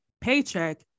paycheck